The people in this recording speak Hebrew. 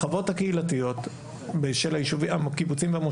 עוברת תהליכים ויש שנים בהן הקהילה בהתנהלות